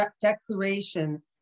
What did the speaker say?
declaration